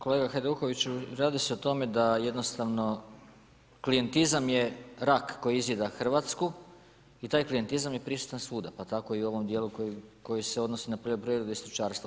Kolega Hajdukoviću, radi se o tome da jednostavno klijentizam je rak koji izjeda Hrvatsku i taj klijentizam je prisutan svuda pa tako i u ovom dijelu koji se odnosi na poljoprivredu i stočarstvo.